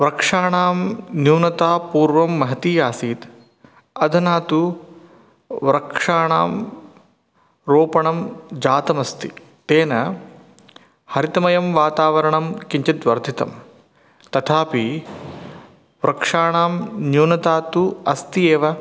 वृक्षाणां न्यूनता पूर्वं महती आसीत् अधुना तु वृक्षाणां रोपणं जातमस्ति तेन हरितमयं वातावरणं किञ्चित् वर्धितं तथापि वृक्षाणां न्यूनता तु अस्ति एव